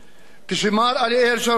כשמר אריאל שרון,